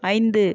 ஐந்து